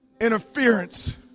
interference